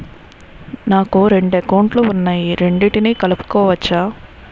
నాకు రెండు అకౌంట్ లు ఉన్నాయి రెండిటినీ కలుపుకోవచ్చా?